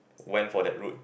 went for that route